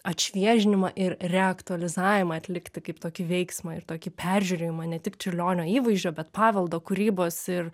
atšviežinimą ir reaktualizavimą atlikti kaip tokį veiksmą ir tokį peržiūrėjimą ne tik čiurlionio įvaizdžio bet paveldo kūrybos ir